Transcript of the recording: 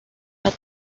but